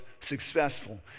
successful